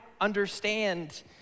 understand